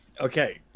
Okay